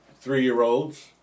three-year-olds